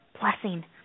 blessing